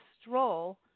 stroll